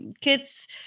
kids